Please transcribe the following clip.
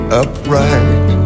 upright